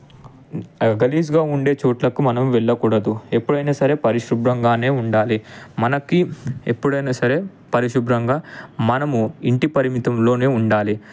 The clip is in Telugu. గలీజ్గా ఉండే చోట్లకు మనం వెళ్ళకూడదు ఎప్పుడయినా సరే పరిశుభ్రంగానే ఉండాలి మనకి ఎప్పుడయినా సరే పరిశుభ్రంగా మనము ఇంటి పరిమితంలోనే ఉండాలి